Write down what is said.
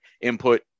input